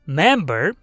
member